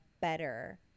better